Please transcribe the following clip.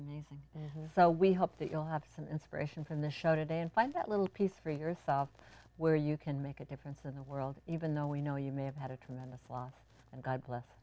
amazing so we hope that you'll have some inspiration from the show today and find that little piece for yourself where you can make a difference in the world even though we know you may have had a tremendous loss and god bless